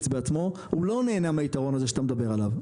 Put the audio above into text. הוא לא נהנה מהיתרון הזה שאתה מדבר עליו.